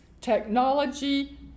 technology